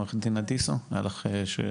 עו"ד אדיסו, היתה לך שאלה?